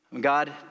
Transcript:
God